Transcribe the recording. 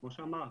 כמו שאמרת,